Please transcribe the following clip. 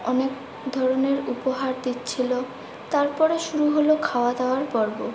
অনেক ধরনের উপহার দিচ্ছিলো তারপরে শুরু হলো খাওয়া দাওয়ার পর্ব